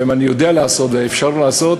ואני יודע לעשות ואפשר לעשות,